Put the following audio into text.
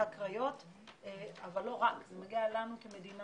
והקריות אבל לא רק אלא זה מגיע גם לנו כמדינה,